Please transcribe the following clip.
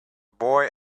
boy